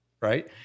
right